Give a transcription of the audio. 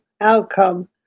outcome